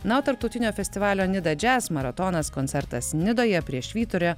na o tarptautinio festivalio nida džiaz maratonas koncertas nidoje prie švyturio